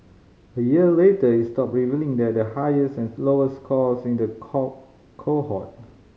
a year later it stopped revealing that the highest and lowest scores in the core cohort